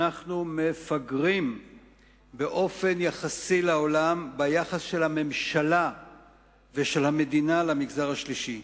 אנחנו מפגרים באופן יחסי לעולם ביחס של הממשלה ושל המדינה למגזר השלישי.